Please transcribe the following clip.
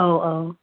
औ औ